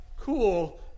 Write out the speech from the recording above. cool